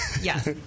Yes